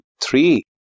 three